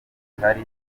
hari